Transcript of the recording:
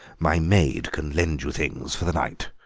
my maid can lend you things for the night,